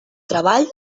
treball